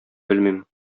белмим